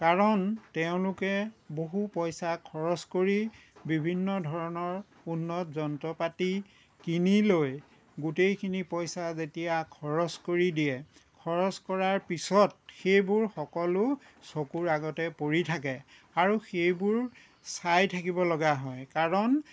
কাৰণ তেওঁলোকে বহু পইচা খৰচ কৰি বিভিন্ন ধৰণৰ উন্নত যন্ত্ৰ পাতি কিনি লৈ গোটেইখিনি পইচা যেতিয়া খৰচ কৰি দিয়ে খৰচ কৰাৰ পিছত সেইবোৰ সকলো চকুৰ আগতে পৰি থাকে আৰু সেইবোৰ চাই থাকিব লগা হয় কাৰণ